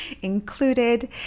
included